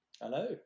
Hello